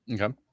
Okay